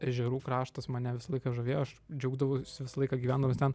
ežerų kraštas mane visą laiką žavėjo aš džiaugdavausi visą laiką gyvendamas ten